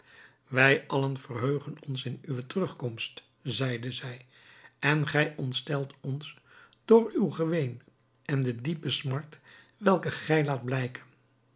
wij allen verheugen ons in uwe terugkomst zeide zij en gij ontstelt ons door uw geween en de diepe smart welke gij laat blijken